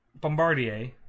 Bombardier